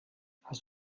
hast